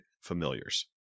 familiars